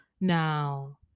now